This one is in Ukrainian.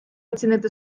оцінити